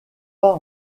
pas